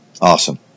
Awesome